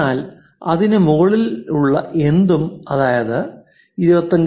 എന്നാൽ അതിനു മുകളിലുള്ള എന്തും അതായത് 25